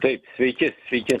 taip sveiki sveiki